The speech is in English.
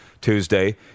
Tuesday